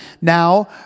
now